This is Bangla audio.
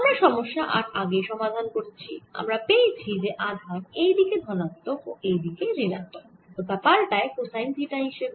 আমরা সমস্যা 8 আগেই সমাধান করেছি আমরা পেয়েছি যে আধান এই দিকে ধনাত্মক ও এই দিকে ঋণাত্মক ও তা পাল্টায় কোসাইন থিটা হিসেবে